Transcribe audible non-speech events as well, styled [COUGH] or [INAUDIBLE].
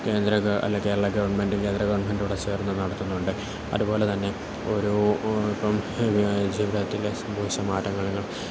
കേന്ദ്ര അല്ല കേരളാഗവൺമെൻറ്റും കേന്ദ്രഗവൺമെൻറ്റൂടെ ചേർന്ന് നടത്തുന്നുണ്ട് അത്പോലെതന്നെ ഒരു ഇപ്പം [UNINTELLIGIBLE] സംഭവിച്ച മാറ്റങ്ങളിലും